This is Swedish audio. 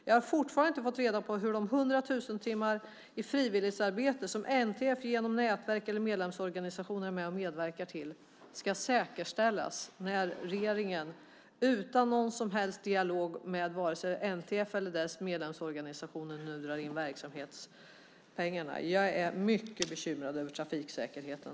Jag har fortfarande inte fått reda på hur de 100 000 timmar i frivilligarbete som NTF genom nätverk eller medlemsorganisationer är med och medverkar till ska säkerställas när regeringen, utan någon som helst dialog med vare sig NTF eller dess medlemsorganisationer, nu drar in verksamhetspengarna. Jag är mycket bekymrad över trafiksäkerheten.